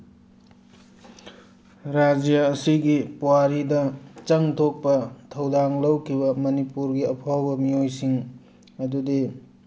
ꯔꯖ꯭ꯌꯥ ꯑꯁꯤꯒꯤ ꯄꯨꯋꯥꯔꯤꯗ ꯆꯪ ꯊꯣꯛꯄ ꯊꯧꯗꯥꯡ ꯂꯧꯈꯤꯕ ꯃꯅꯤꯄꯨꯔꯒꯤ ꯑꯐꯥꯎꯕ ꯃꯤꯑꯣꯏꯁꯤꯡ ꯑꯗꯨꯗꯤ